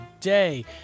day